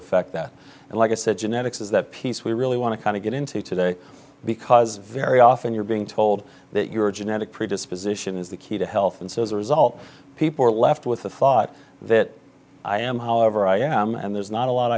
affect that and like i said genetics is that piece we really want to kind of get into today because very often you're being told that your genetic predisposition is the key to health and so as a result people are left with the thought that i am however i am and there's not a lot